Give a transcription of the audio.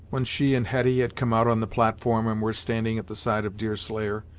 when she and hetty had come out on the platform, and were standing at the side of deerslayer,